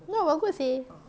ya bagus seh